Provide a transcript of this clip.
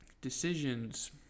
decisions